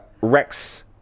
Rex